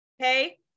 Okay